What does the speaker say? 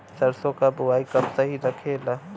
सरसों क बुवाई कब सही रहेला?